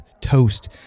toast